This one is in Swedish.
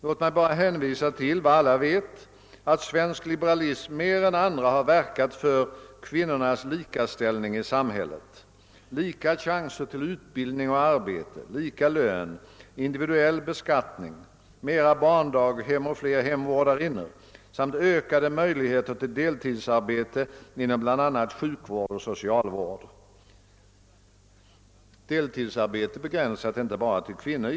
Låt mig bara hänvisa till, vad alla vet, att svensk liberalism mer än andra har verkat för kvinnornas likaställning i samhället, lika chanser till utbildning och arbete, lika lön, individuell beskattning, mera barndaghem och flera hemvårdarinnor samt ökade möjligheter till deltidsarbete inom bl.a. sjukvård och socialvård. Möjligheterna till deltidsarbete begränsar sig givetvis inte bara till kvinnorna.